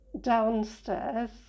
downstairs